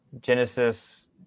Genesis